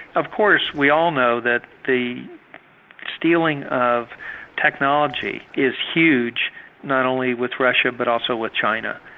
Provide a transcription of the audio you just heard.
of course we all know that the stealing of technology is huge not only with russia but also with china,